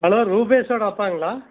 hello ரூபேஷோட அப்பாங்களா